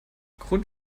grund